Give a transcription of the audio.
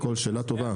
שאלה טובה.